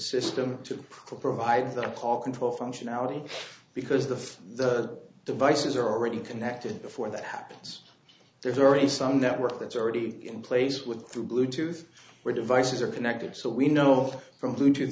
system to provide the car control functionality because the the devices are already connected before that happens there's already some network that's already in place with through bluetooth where devices are connected so we know from blu